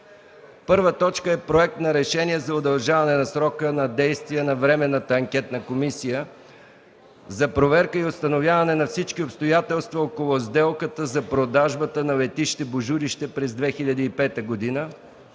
2014 г.: 1. Проект на решение за удължаване срока на действие на Временната анкетна комисия за проверка и установяване на всички обстоятелства около сделката за продажбата на летище „Божурище“ през 2005 г.,